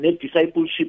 discipleship